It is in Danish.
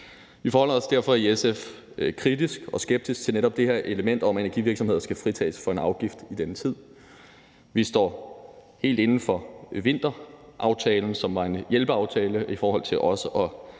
Vi forholder os derfor i SF kritisk og skeptisk til netop det her element om, at energivirksomheder skal fritages for en afgift i denne tid. Vi står helt inde for vinteraftalen, som var en hjælpeaftale i forhold til også